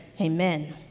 Amen